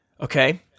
Okay